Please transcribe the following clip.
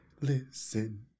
listen